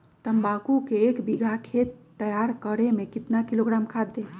तम्बाकू के एक बीघा खेत तैयार करें मे कितना किलोग्राम खाद दे?